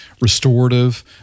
restorative